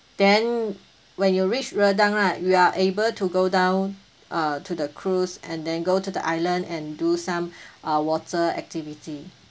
then when you reach redang right you're able to go down uh to the cruise and then go to the island and do some uh water activity